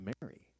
Mary